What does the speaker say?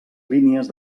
línies